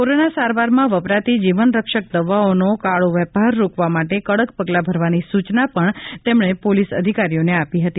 corona સારવારમાં વપરાતી જીવન રક્ષક દવાઓનો કાળો વેપાર રોકવા માટે કડક પગલાં ભરવાની સૂચના પણ તેમણે પોલીસ અધિકારીઓને આપી હતી